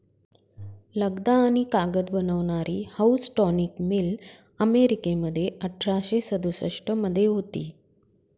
लगदा आणि कागद बनवणारी हाऊसटॉनिक मिल अमेरिकेमध्ये अठराशे सदुसष्ट मध्ये होती